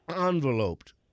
enveloped